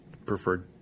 Preferred